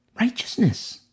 Righteousness